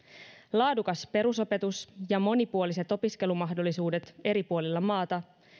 laadukas perusopetus ja monipuoliset opiskelumahdollisuudet eri puolilla maata